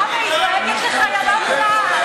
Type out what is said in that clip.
חברת הכנסת עאידה תומא סלימאן,